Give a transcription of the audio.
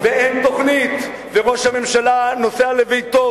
וראש הממשלה נוסע לביתו,